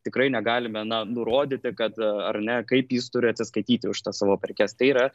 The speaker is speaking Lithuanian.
tikrai negalime na nurodyti kad ar ne kaip jis turi atsiskaityti už tas savo prekes tai yra